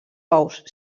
ous